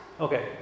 Okay